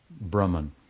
Brahman